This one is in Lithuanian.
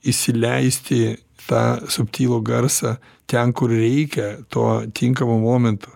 įsileisti tą subtilų garsą ten kur reikia to tinkamo momento